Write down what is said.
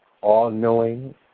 all-knowing